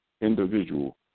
individual